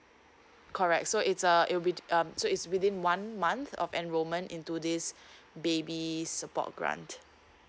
correct so it's a it will be um so is within one month of enrollment into this baby support grant